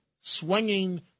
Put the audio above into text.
swinging